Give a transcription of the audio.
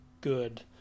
good